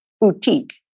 boutique